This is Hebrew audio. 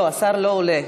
לא, השר לא עולה.